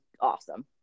awesome